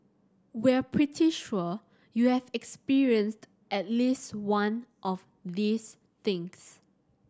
we're pretty sure you have experienced at least one of these things